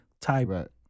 type